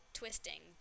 twisting